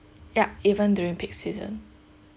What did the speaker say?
yup even during peak season